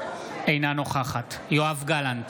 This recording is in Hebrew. אינה נוכחת יואב גלנט,